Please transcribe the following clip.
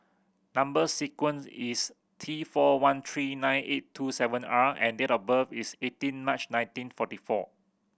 number sequence is T four one three nine eight two seven R and date of birth is eighteen March nineteen forty four